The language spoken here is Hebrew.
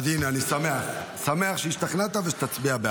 הינה, אני שמח שהשתכנעת ושתצביע בעד.